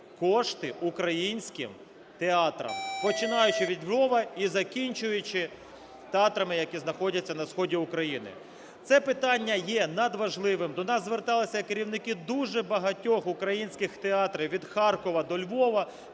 кошти українським театрам, починаючи від Львова і закінчуючи театрами, які знаходяться на сході України. Це питання є надважливим, до нас зверталися керівники дуже багатьох українських театрів від Харкова до Львова.